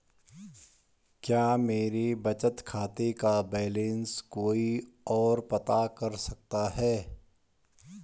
क्या मेरे बचत खाते का बैलेंस कोई ओर पता कर सकता है?